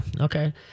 Okay